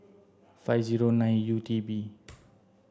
five zero nine U T B